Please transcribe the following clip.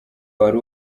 wari